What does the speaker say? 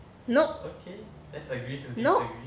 nope nope